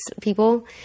people